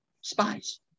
spies